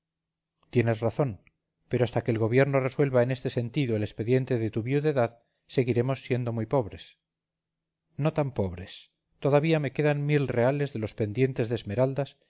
tienes razón pero hasta que el gobierno resuelva en este sentido el expediente de tu viudedad seguiremos siendo muy pobres no tan pobres todavía me quedan mil reales de los pendientes de esmeraldas